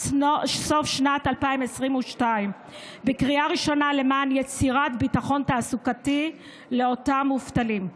סוף שנת 2022 בקריאה ראשונה למען יצירת ביטחון תעסוקתי לאותה מובטלים.